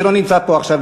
שלא נמצא פה עכשיו,